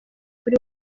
kuri